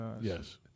Yes